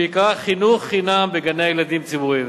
שעיקרה חינוך חינם בגני-ילדים ציבוריים,